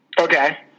Okay